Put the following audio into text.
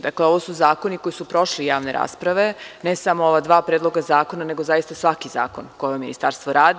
Dakle, ovo su zakoni koji su prošli javne rasprave, ne samo ova dva predloga zakona, nego zaista svaki zakon koji ovo ministarstvo radi.